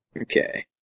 Okay